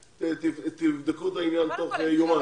לומר שיבדקו את זה תוך יומיים.